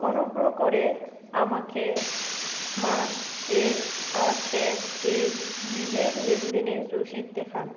অনুগ্রহ করে আমাকে মাস এর ফাস্ট্যাগ এর বিলের লেনদেনের রসিদ দেখান